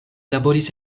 laboris